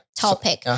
topic，